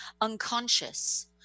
unconscious